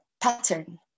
pattern